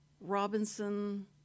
Robinson